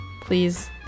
please